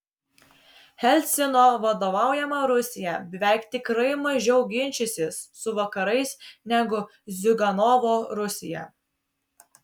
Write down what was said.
jelcino vadovaujama rusija beveik tikrai mažiau ginčysis su vakarais negu ziuganovo rusija